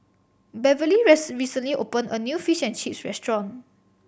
Beverlee recently opened a new Fish and Chips restaurant